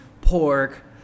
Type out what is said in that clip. pork